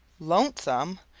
lonesome!